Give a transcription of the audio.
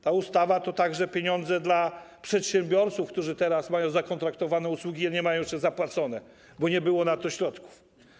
Ta ustawa to także pieniądze dla przedsiębiorców, którzy teraz mają zakontraktowane usługi, a nie mają jeszcze zapłacone, bo nie było na to środków.